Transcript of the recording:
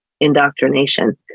indoctrination